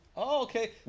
okay